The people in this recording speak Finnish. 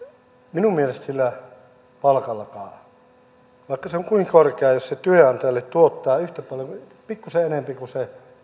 minun mielestäni sillä palkallakaan vaikka se on kuinka korkea jos se työnantajalle tuottaa pikkuisen enemmän kuin se